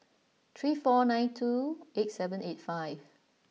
three four nine two eight seven eight five